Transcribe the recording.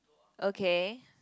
okay